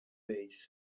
ways